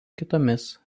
kitomis